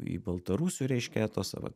į baltarusių reiškia etosą va